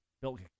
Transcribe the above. built